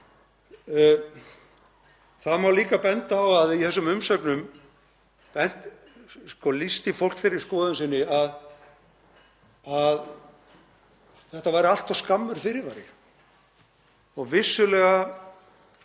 Það má líka benda á að í þessum umsögnum lýsti fólk þeirri skoðun sinni að þetta væri allt of skammur fyrirvari. Vissulega